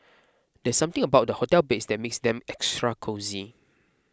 there's something about hotel beds that makes them extra cosy